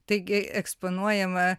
taigi eksponuojama